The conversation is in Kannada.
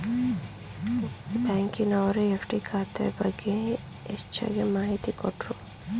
ಬ್ಯಾಂಕಿನವರು ಎಫ್.ಡಿ ಖಾತೆ ಬಗ್ಗೆ ಹೆಚ್ಚಗೆ ಮಾಹಿತಿ ಕೊಟ್ರು